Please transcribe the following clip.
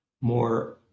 more